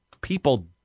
People